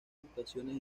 actuaciones